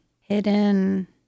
Hidden